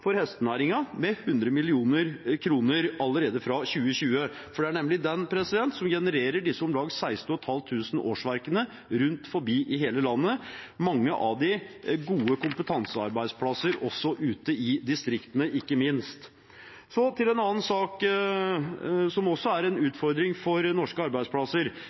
for hestenæringen med 100 mill. kr allerede fra 2020, for det er nemlig den som genererer disse om lag 16 500 årsverkene rundt omkring i hele landet – mange av dem gode kompetansearbeidsplasser også ute i distriktene, ikke minst. Så til en annen sak som er en utfordring for norske arbeidsplasser.